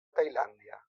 tailàndia